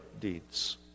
deeds